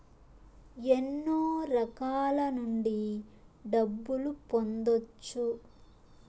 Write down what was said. ఎన్నో రకాల నుండి డబ్బులు పొందొచ్చు